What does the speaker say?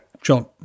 John